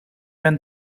ben